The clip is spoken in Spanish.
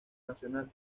nacional